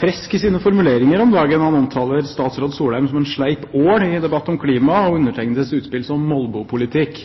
frisk i sine formuleringer om dagen. Han omtaler statsråd Solheim som «en sleip ål» i debatt om klima og undertegnedes utspill som molbopolitikk.